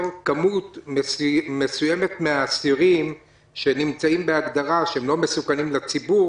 כמות מסוימת מהאסירים שנמצאים בהגדרה שהם לא מסוכנים לציבור,